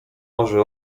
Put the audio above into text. może